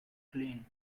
clean